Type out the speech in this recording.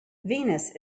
venus